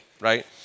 right